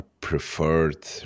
preferred